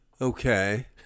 Okay